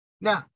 Now